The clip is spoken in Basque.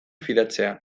fidatzea